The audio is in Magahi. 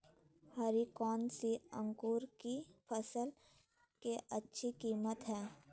हरी कौन सी अंकुर की फसल के अच्छी किस्म है?